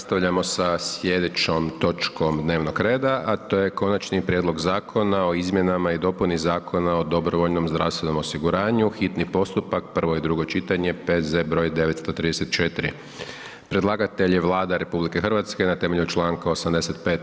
Nastavljamo sa sljedećom točkom dnevnog reda, a to je: Konačni prijedlog zakona o izmjenama i dopuni Zakona o dobrovoljnom zdravstvenom osiguranju, hitni postupak, prvo i drugo čitanje, P.Z. br. 934.; Predlagatelj je Vlada RH na temelju čl. 85.